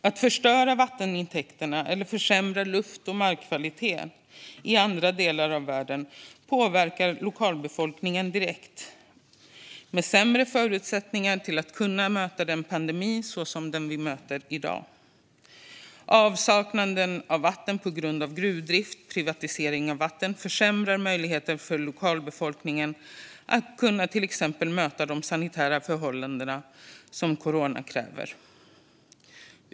Att förstöra vattentäkterna eller försämra luft-och markkvaliteten i andra delar av världen påverkar lokalbefolkningen direkt genom sämre förutsättningar för att möta en pandemi såsom den vi möter i dag. Avsaknaden av vatten på grund av gruvdrift och privatisering av vatten försämrar möjligheten för lokalbefolkningen att till exempel möta de sanitära förhållanden som coronapandemin kräver.